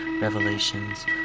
revelations